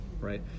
right